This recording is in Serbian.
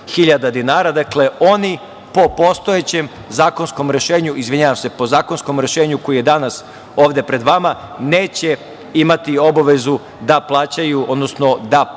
Dakle, oni po postojećem zakonskom rešenju, izvinjavam se po zakonskom rešenju koji je danas ovde pred vama, neće imati obavezu da plaćaju, odnosno da